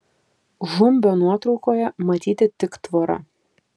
žumbio nuotraukoje matyti tik tvora